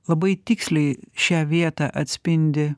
labai tiksliai šią vietą atspindi